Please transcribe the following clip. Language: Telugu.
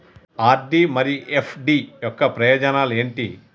ఆర్.డి మరియు ఎఫ్.డి యొక్క ప్రయోజనాలు ఏంటి?